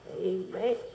amen